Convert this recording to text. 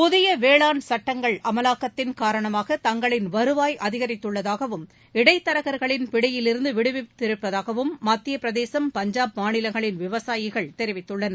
புதிய வேளாண் சட்டங்கள் அமலாக்கத்தின் காரணமாக தங்களின் வருவாய் அதிகித்துள்ளதாகவும் இடைத்தரகா்களின் பிடியிலிருந்து விடுபட்டிருப்பதாகவும் மத்திய பிரதேசம் பஞ்சாப் மாநிலங்களின் விவசாயிகள் தெரிவித்துள்ளனர்